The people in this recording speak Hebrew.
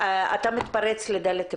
אתה מתפרץ לדלת פתוחה.